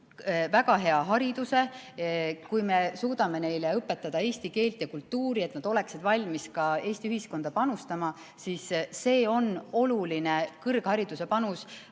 väga hea hariduse – kui me suudame neile õpetada eesti keelt ja kultuuri, et nad oleksid valmis ka Eesti ühiskonda panustama, siis oleks see oluline kõrghariduse panus